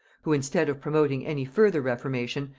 who, instead of promoting any further reformation,